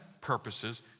purposes